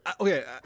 Okay